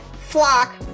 flock